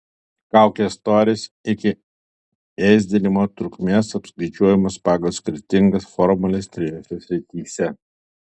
kaukės storis iki ėsdinimo trukmės apskaičiuojamas pagal skirtingas formules trijose srityse